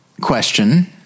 question